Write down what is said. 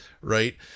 right